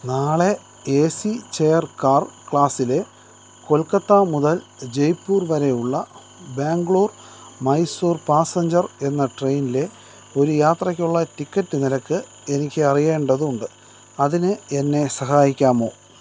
നാളെ A C chair car ക്ലാസ്സിലെ കൊൽക്കത്ത മുതൽ ജയ്പൂർ വരെയുള്ള ബാംഗ്ലൂർ മൈസൂർ പാസഞ്ചർ എന്ന ട്രെയിനിലെ ഒരു യാത്രയ്ക്കുള്ള ടിക്കറ്റ് നിരക്ക് എനിക്ക് അറിയേണ്ടതുണ്ട് അതിന് എന്നെ സഹായിക്കാമോ